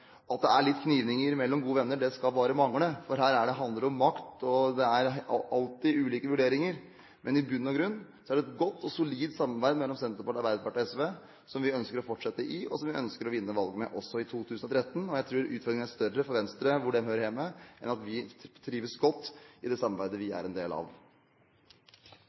At det er litt kniving mellom gode venner, skulle bare mangle! Her handler det om makt, og det er alltid ulike vurderinger. Men i bunn og grunn er det et godt og solid samarbeid mellom Senterpartiet, Arbeiderpartiet og SV, som vi ønsker å fortsette, og som vi ønsker å vinne valget med også i 2013. Jeg tror utfordringen er større for Venstre med tanke på hvor de hører hjemme enn for oss som trives godt i det samarbeidet vi er en del av.